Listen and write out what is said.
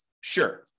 Sure